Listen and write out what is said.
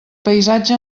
paisatge